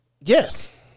Yes